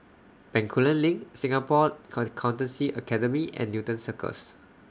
Bencoolen LINK Singapore Accountancy Academy and Newton Cirus